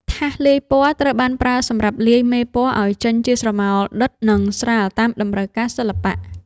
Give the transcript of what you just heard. ថាសលាយពណ៌ ត្រូវបានប្រើសម្រាប់លាយមេពណ៌ឱ្យចេញជាស្រមោលដិត និងស្រាលតាមតម្រូវការសិល្បៈ។